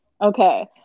Okay